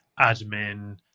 admin